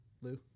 Lou